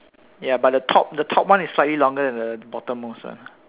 ya but the top the top one is slightly longer than the bottom most one